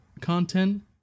content